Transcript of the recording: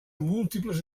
múltiples